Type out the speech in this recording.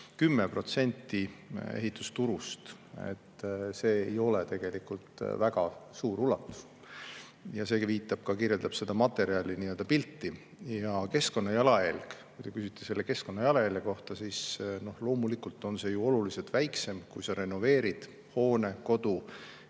10% ehitusturust. See ei ole tegelikult väga suur [maht]. Seegi viitab sellele ja kirjeldab seda materjalipilti. Keskkonnajalajälg. Kui te küsite keskkonnajalajälje kohta, siis loomulikult on see ju oluliselt väiksem, kui sa renoveerid hoone, kodu,